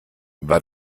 war